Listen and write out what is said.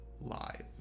live